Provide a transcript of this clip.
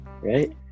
right